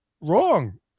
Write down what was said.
wrong